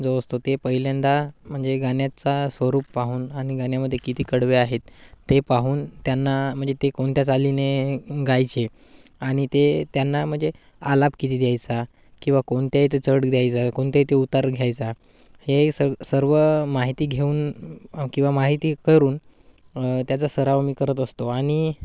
जो असतो ते पहिल्यांदा म्हणजे गाण्याचा स्वरूप पाहून आणि गाण्यामध्ये किती कडवे आहेत ते पाहून त्यांना म्हणजे ते कोणत्या चालीने गायचे आणि ते त्यांना म्हणजे आलाप किती द्यायचा किंवा कोणत्या इथं चढ द्यायचा कोणत्या इथे उतार घ्यायचा हे स सर्व माहिती घेऊन किंवा माहिती करून त्याचा सराव मी करत असतो आणि